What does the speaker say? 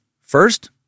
First